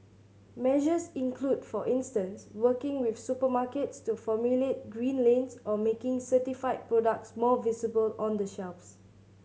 measures include for instance working with supermarkets to formulate green lanes or making certified products more visible on the shelves